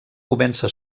comença